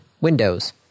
Windows